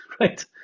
right